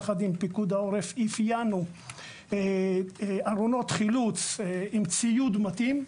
יחד עם פיקוד העורף אפיינו ארונות חילוץ עם ציוד מתאים.